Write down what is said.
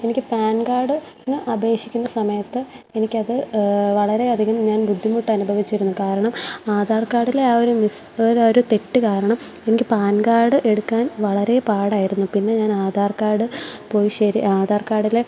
എനിക്ക് പാൻ കാർഡിന് അപേക്ഷിക്കുന്ന സമയത്ത് എനിക്കത് വളരെയധികം ഞാൻ ബുദ്ധിമുട്ടനുഭവിച്ചിരുന്നു കാരണം ആധാർ കാർഡിലെ ആ ഒരു മിസ് ആ ഒരു തെറ്റു കാരണം എനിക്ക് പാൻ കാർഡ് എടുക്കാൻ വളരെ പാടായിരുന്നു പിന്നെ ഞാൻ ആധാർ കാർഡ് പോയി ശരി ആധാർ കാർഡിലെ